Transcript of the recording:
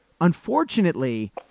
Unfortunately